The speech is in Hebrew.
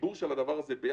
החיבור של זה ביחד,